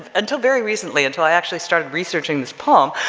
ah until very recently, until i actually started researching this poem,